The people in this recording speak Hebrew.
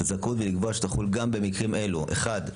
הזכאות ולקבוע שתחול גם במקרים אילו: אחד,